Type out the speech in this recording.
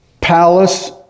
palace